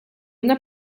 una